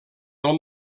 del